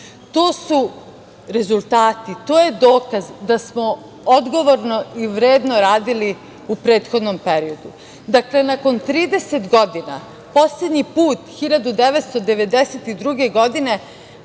su rezultati. To je dokaz da smo odgovorno i vredno radili u prethodnom periodu. Dakle, nakon 30 godina poslednji put 1992. godine